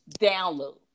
download